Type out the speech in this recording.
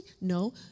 No